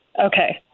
Okay